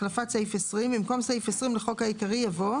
החלפת סעיף 20. במקום סעיף 20 לחוק העיקרי יבוא: